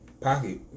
pocket